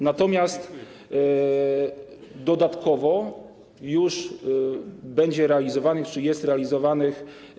Natomiast dodatkowo już będzie realizowanych czy jest realizowanych.